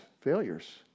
failures